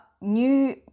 new